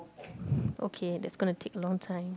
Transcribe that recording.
okay that's gonna take long time